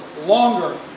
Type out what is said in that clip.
longer